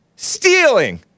Stealing